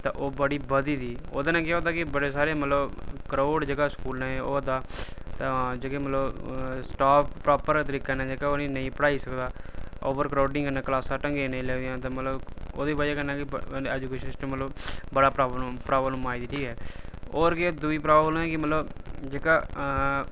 ते ओह् बड़ी बधी दी ओह्दे कन्नै केह् होंदा कि बड़े सारे मतलब क्राउड जेह्का स्कूलें च होआ दा तां जेह्के मतलब स्टाप प्रापर तरीके नै जेह्का उ'नें ई नेईं पढ़ाई सकदा ओवर क्राउडिंग कन्नै क्लासां ढंगै दियां नेईं लगदियां ते मतलब ओह्दी वजह् कन्नै ऐजुकेशन सिस्टम मतलब बड़ा प्राब्लम प्राब्लम आई दी ठीक ऐ होर केह् दूई प्राब्लम एह् ऐ कि मतलब जेह्का